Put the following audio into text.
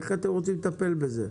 איך אתם רוצים לטפל בזה?